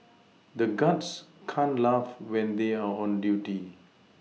the guards can't laugh when they are on duty